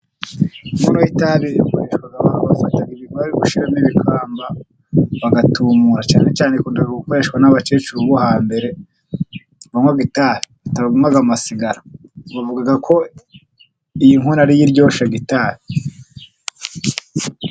Inkono y'itabi, bafata ibibabi bagashyiramo ibikamba bagatumura, cyane cyane ikunda gukoreshwa n'abakecuru bo hambere, banywa itabi batanywa amasigara, bavuga ko iyi nkono ariyo iryoshya itabi.